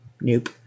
Nope